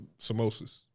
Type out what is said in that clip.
samosas